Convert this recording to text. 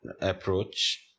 approach